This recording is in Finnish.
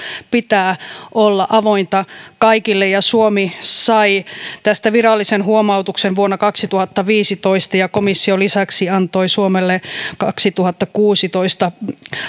pitää olla avointa kaikille suomi sai tästä virallisen huomautuksen vuonna kaksituhattaviisitoista ja komissio lisäksi antoi suomelle kaksituhattakuusitoista